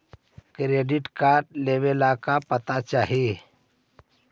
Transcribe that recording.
Credit card लेवेला का पात्रता चाही?